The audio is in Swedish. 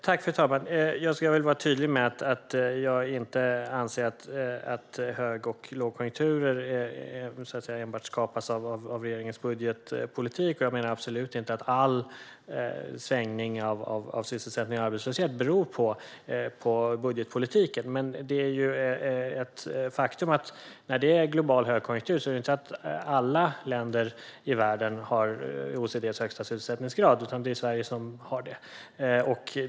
Fru talman! Jag vill vara tydlig med att jag inte anser att hög och lågkonjunkturer enbart skapas av regeringens budgetpolitik. Och jag menar absolut inte att alla svängningar i sysselsättning och arbetslöshet beror på budgetpolitiken. Men det är ett faktum att när det råder global högkonjunktur är det inte alla länder i världen som har OECD:s högsta sysselsättningsgrad, utan det är Sverige som har det.